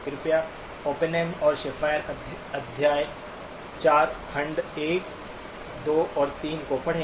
कृपया ओपेनहेम और शेफ़र अध्याय 4 खंड 1 2 और 3 को पढ़ें